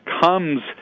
comes